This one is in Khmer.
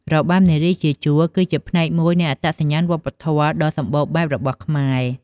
របាំនារីជាជួរគឺជាផ្នែកមួយនៃអត្តសញ្ញាណវប្បធម៌ដ៏សម្បូរបែបរបស់ខ្មែរ។